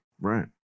Right